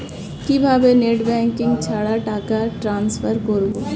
কিভাবে net banking ছাড়া টাকা ট্রান্সফার করবো?